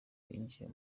yinjiye